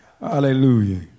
Hallelujah